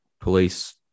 police